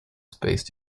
space